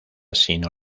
sino